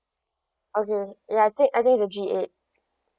okay ya I think I think is the G eight